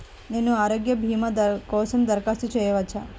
నేను ఆరోగ్య భీమా కోసం దరఖాస్తు చేయవచ్చా?